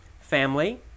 family